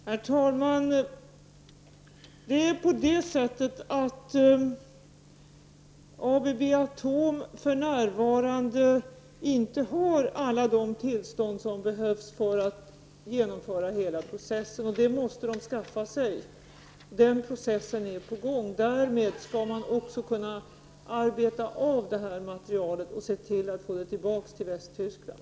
Herr talman! ABB Atom AB har för närvarande inte alla de tillstånd som behövs för att man skall kunna genomföra hela processen. Dessa måste man skaffa sig. Den processen är på gång. Därmed skall man också kunna arbeta av materialet och se till att det går tillbaka Västtyskland.